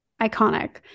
iconic